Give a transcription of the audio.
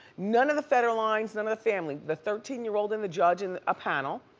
none of the federlines, none of the family. the thirteen year old and the judge and a panel.